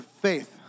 faith